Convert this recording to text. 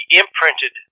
imprinted